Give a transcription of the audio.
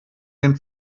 den